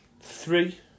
three